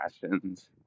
passions